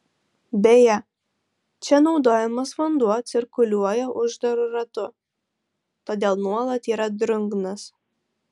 beje čia naudojamas vanduo cirkuliuoja uždaru ratu todėl nuolat yra drungnas